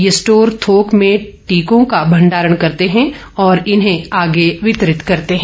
ये स्टोर थोक में टीकों का भण्डारण करते हैं और इन्हें आगे वितरित करते हैं